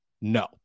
No